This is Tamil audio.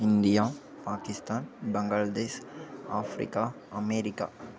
India Pakistan Bangladesh Africa America